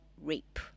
rape